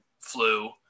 flu